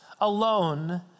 alone